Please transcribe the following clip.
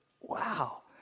Wow